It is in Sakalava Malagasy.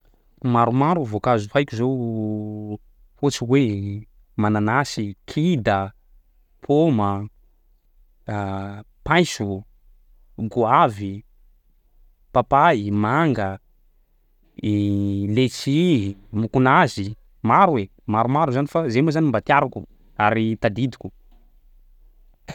Maromaro voankazo haiko zao, ohatsy hoe: mananasy, kida, paoma, paiso, goavy, papay, manga, letchi, mokonazy. Maro e, maromaro zany fa zay moa zany mba tiaroko ary tadidiko.